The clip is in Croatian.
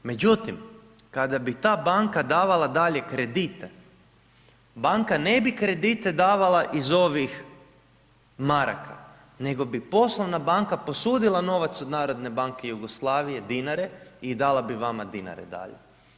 Međutim, kada bi ta banka davala dalje kredite, banka ne bi kredite davala iz ovih maraka, nego bi poslovna banka posudila novac od Narodne banke Jugoslavije, dinare i dala bi vama dinare dalje.